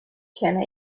can